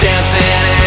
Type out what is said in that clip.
Dancing